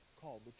called